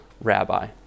rabbi